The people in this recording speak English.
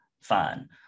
fine